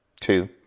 two